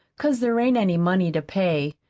cause there ain't any money to pay.